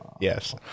Yes